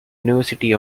university